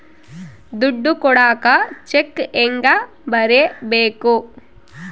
ದುಡ್ಡು ಕೊಡಾಕ ಚೆಕ್ ಹೆಂಗ ಬರೇಬೇಕು?